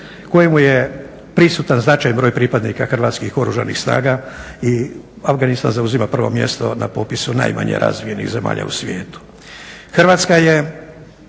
kojemu je prisutan značajan broj pripadnika Hrvatskih Oružanih snaga i Afganistan zauzima prvo mjesto na popisu najmanje razvijenih zemalja u svijetu. Hrvatska je